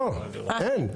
לא, אין.